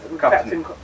Captain